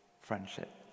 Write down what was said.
friendship